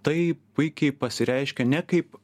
tai puikiai pasireiškia ne kaip